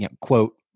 Quote